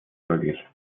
möglich